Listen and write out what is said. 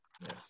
Yes